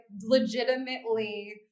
legitimately